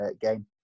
game